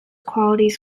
qualities